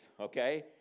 okay